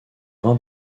vin